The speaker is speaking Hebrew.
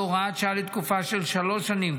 בהוראת שעה לתקופה של שלוש שנים,